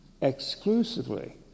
exclusively